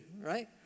right